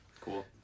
Cool